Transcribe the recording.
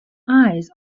eyes